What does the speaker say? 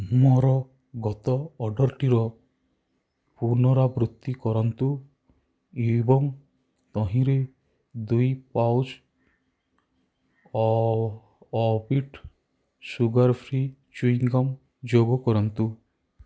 ମୋର ଗତ ଅର୍ଡ଼ର୍ଟିର ପୁନରାବୃତ୍ତି କରନ୍ତୁ ଏବଂ ତହିଁରେ ଦୁଇ ପାଉଚ୍ ଅ ଅର୍ବିଟ ସୁଗାର୍ ଫ୍ରି ଚୁଇଁଗମ୍ ଯୋଗ କରନ୍ତୁ